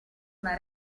una